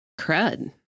Crud